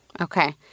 Okay